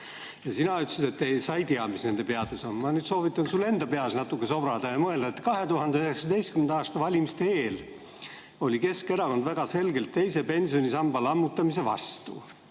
Sina ütlesid, et sa ei tea, mis nende peades on. Ma nüüd soovitan sul enda peas natuke sobrada ja mõelda. 2019. aasta valimiste eel oli Keskerakond väga selgelt teise pensionisamba lammutamise vastu.